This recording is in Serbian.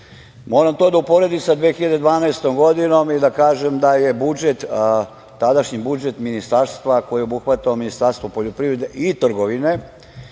to da uporedim sa 2012. godinom i da kažem da je tadašnji budžet ministarstva koji je obuhvatao Ministarstvo poljoprivrede i trgovine,